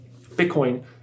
Bitcoin